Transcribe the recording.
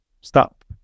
stop